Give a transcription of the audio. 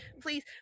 please